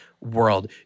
World